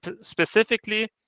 specifically